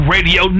Radio